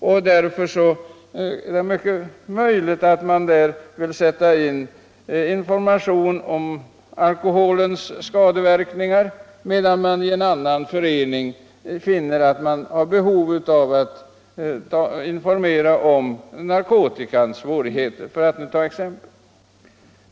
Det är därför Nr 48 möjligt att man hellre vill sätta in information om alkoholens skade Torsdagen den verkningar, medan en annan förening kanske finner större behov av in 3 april 1975 formation om narkotika.